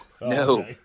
no